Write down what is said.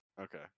Okay